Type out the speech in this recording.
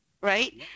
right